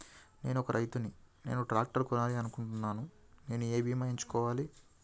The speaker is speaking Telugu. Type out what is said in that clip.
నేను ఒక రైతు ని నేను ట్రాక్టర్ కొనాలి అనుకుంటున్నాను నేను ఏ బీమా ఎంచుకోవాలి?